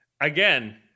Again